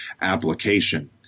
application